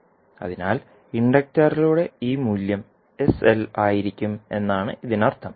അതിനാൽ ഇൻഡക്റ്ററിന്റെ ഈ മൂല്യം sL ആയിരിക്കും എന്നാണ് ഇതിനർത്ഥം